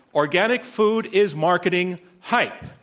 organic food is marketing hy pe.